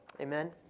Amen